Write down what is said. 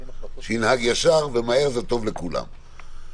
שינהג ישר ומהר - זה טוב לכולם,